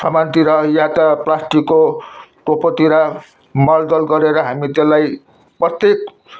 सामानतिर वा त प्लास्टिकको टुपोतिर मल जल गरेर हामी त्यसलाई प्रत्येक